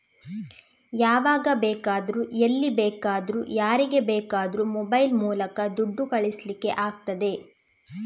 ಯಾವಾಗ ಬೇಕಾದ್ರೂ ಎಲ್ಲಿ ಬೇಕಾದ್ರೂ ಯಾರಿಗೆ ಬೇಕಾದ್ರೂ ಮೊಬೈಲ್ ಮೂಲಕ ದುಡ್ಡು ಕಳಿಸ್ಲಿಕ್ಕೆ ಆಗ್ತದೆ